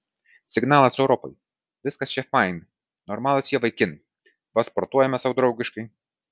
signalas europai viskas čia fain normalūs jie vaikinai va sportuojame sau draugiškai